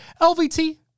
LVT